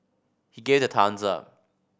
he gave the thumbs up